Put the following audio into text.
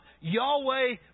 Yahweh